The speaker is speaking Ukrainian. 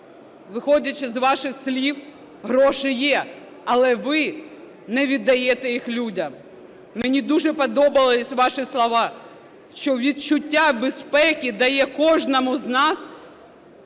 що, з ваших слів, гроші є, але ви не віддаєте їх людям. Мені дуже подобались ваші слова, що відчуття безпеки дає кожному з нас.